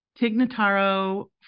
Tignataro